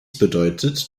bedeutet